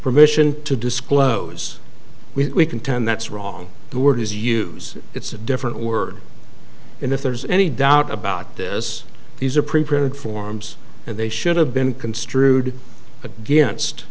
permission to disclose we contend that's wrong the word is use it's a different word and if there's any doubt about this these are preprinted forms and they should have been construed against